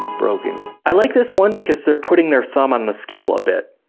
broken? i like this one because they're putting their thumb on the scale a bit,